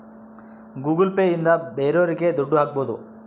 Google Pay ಇಂದ ಬೇರೋರಿಗೆ ದುಡ್ಡು ಹಾಕ್ಬೋದು